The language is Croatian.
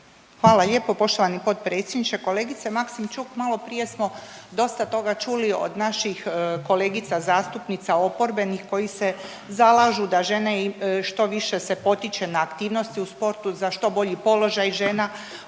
Hvala lijepo poštovani potpredsjedniče, kolegice Maksimčuk, maloprije smo dosta toga čuli od naših kolegica zastupnica oporbenih koji se zalažu da žene i što više se potiče na aktivnost u sportu, za što bolji položaj žena